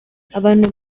abantu